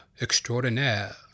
extraordinaire